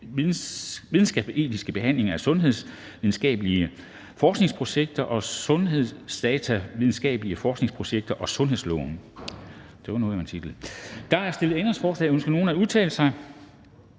videnskabsetisk behandling af sundhedsvidenskabelige forskningsprojekter og sundhedsdatavidenskabelige forskningsprojekter og sundhedsloven. (Tilpasning af national ret som følge af forordning